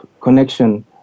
connection